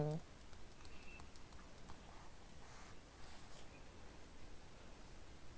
um